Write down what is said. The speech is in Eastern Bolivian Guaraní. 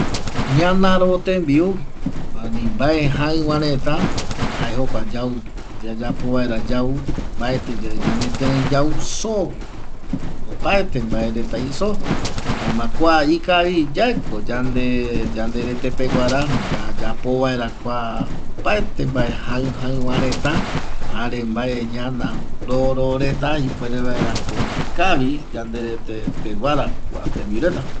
Ñanaru tembiu ani vae jaeguareta jae jokua yau yayapovaera yau mbaetiye yandequirei yau zo opaete vaereta y zo jaema kua ikavi yae ko yanderete peguara yayapovaera kua opaete kua jau jau va reta jare vae ñanareta ikavi yanderete peguara kua tembiu reta